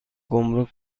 گمرگ